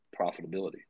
profitability